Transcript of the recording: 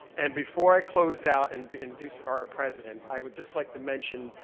and before i close out and introduce our president, i would just like to mention,